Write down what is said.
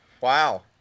Wow